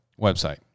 website